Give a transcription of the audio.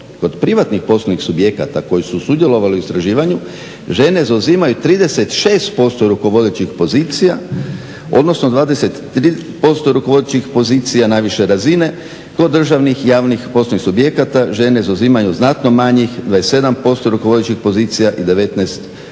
kod privatnih poslovnih subjekata koji su sudjelovali u istraživanju žene zauzimaju 36% rukovodećih pozicija odnosno 20% rukovodećih pozicija najviše razine do državnih javnih poslovnih subjekata žene zauzimaju znatno manjih 27% rukovodećih pozicija i 19%